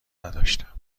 نداشتم